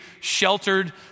Sheltered